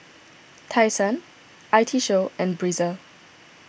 Tai Sun I T Show and Breezer